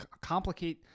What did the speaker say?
complicate